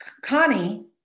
Connie